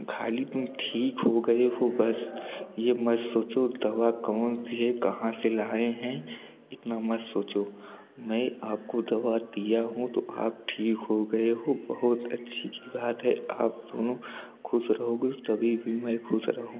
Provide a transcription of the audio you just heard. खाली तुम ठीक हो गए हो बस ये मत सोचो दवा कौनसी है कहाँ से लाए हैं इतना मत सोचो मैं आपको दवा दिया हूँ तो आप ठीक हो गए हो बहुत अच्छी बात है आप दोनों खुश रहोगे तभी भी मैं खुश रहूँगा